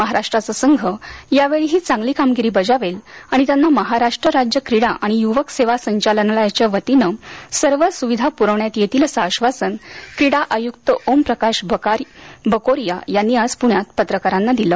महाराष्ट्राचा संघ यावेळीही चांगला कामगिरी बजावेल आणि त्यांना महाराष्ट्र राज्य क्रीडा आणि यूवक सेवा संचालनालयाच्या वतीनं सर्व सुविधा पूरविण्यात येतील असं आश्वासन क्रीडा आयुक्त ओम प्रकाश बकोरिया यांनी आज पुण्यात पत्रकारांना दिलं